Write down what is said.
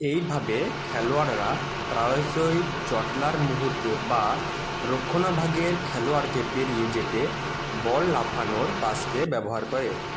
এইভাবে খেলোয়াড়রা প্রায়শই জটলার মুহুর্তে বা রক্ষণাভাগের খেলোয়াড়কে পেরিয়ে যেতে বল লাফানোর পাসকে ব্যবহার করে